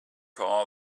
all